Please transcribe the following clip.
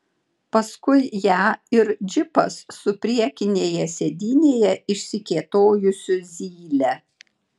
paskui ją ir džipas su priekinėje sėdynėje išsikėtojusiu zyle